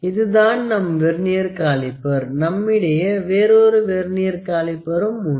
இதுதான் நம் vernier caliper நம்மிடையே வேறொரு வெர்னியர் காலிப்பரும் உண்டு